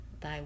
thy